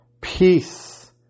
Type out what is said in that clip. peace